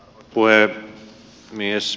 arvoisa puhemies